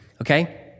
okay